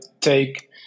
take